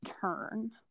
turn